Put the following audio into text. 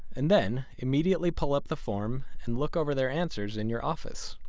and then immediately pull up the form and look over their answers in your office.